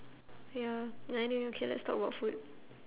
ya anyway okay let's talk about food